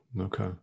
Okay